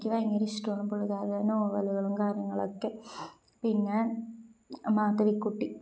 എനിക്ക് ഭയങ്കരം ഇഷ്ടമാണ് പുള്ളിക്കാരിയുടെ നോവലുകളും കാര്യങ്ങളുമൊക്കെ പിന്നെ മാധവിക്കുട്ടി